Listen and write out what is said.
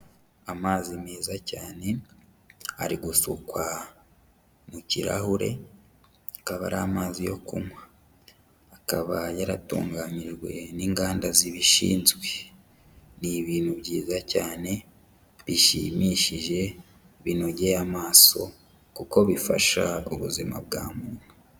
Amazi meza cyane ari gusukwa mu kirahure akaba ari amazi yo kunywa akaba yaratunganyijwe n'inganda zibishinzwe, ni ibintu byiza cyane bishimishije, binogeye amaso kuko bifasha ubuzima bwa muntu.